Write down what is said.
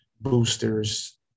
boosters